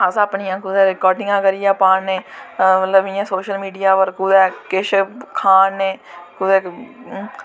अस अपनियां कुदै रिकार्ड़िगां पा करने मतलव कि सोशल मीडिया पर कुदै किश करा ने कुदै